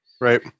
Right